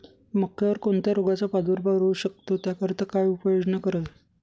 मक्यावर कोणत्या रोगाचा प्रादुर्भाव होऊ शकतो? त्याकरिता काय उपाययोजना करावी?